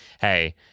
hey